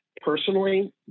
personally